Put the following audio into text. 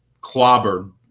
clobbered